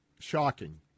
Shocking